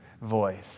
voice